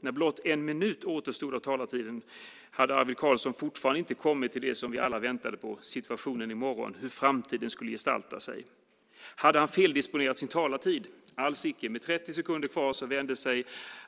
När blott en minut återstod av talartiden hade Arvid Carlsson ännu inte kommit till det som vi alla väntade på, situationen i morgon, hur framtiden skulle gestalta sig. Hade han feldisponerat sin talartid? Alls icke. Med trettio sekunder kvar vände